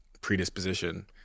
predisposition